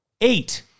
Eight